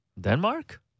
denmark